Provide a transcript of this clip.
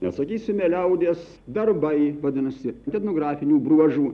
na sakysime liaudies darbai vadinasi etnografinių bruožų